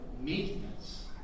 meekness